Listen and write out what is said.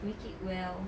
make it well